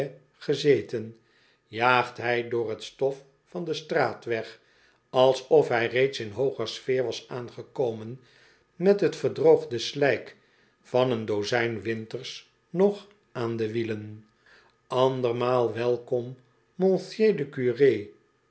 jaagt hij door t stof van den straatweg alsof hij reeds in hooger sfeer was aangekomen met t verdroogde slijk van een dozijn winters nog aan de wielen andermaal welkom